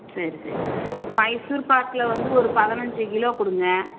சரி சரி மைசூர்பாக்கில் வந்து ஒரு பதினஞ்சு கிலோ கொடுங்க